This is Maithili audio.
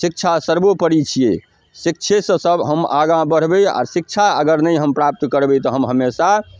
शिक्षा सर्वोपरि छियै शिक्षे से सब हम आगाँ बढ़बै आ शिक्षा अगर नहि हम प्राप्त करबै तऽ हम हमेशा